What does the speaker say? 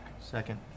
Second